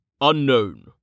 Unknown